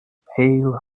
pale